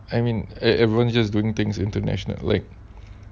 I mean everyone just doing things internationally like